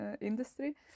industry